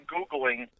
Googling